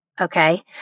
okay